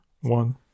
One